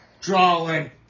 drawing